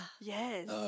yes